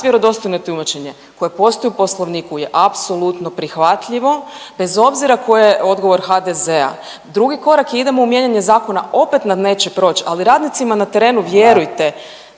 vjerodostojno tumačenje koje postoji u poslovniku je apsolutno prihvatljivo bez obzira koji je odgovor HDZ-a. Drugi korak je idemo u mijenjanje zakona, opet nam neće proć, ali radnicima na terenu